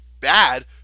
bad